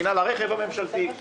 מינהל הרכב הממשלתי.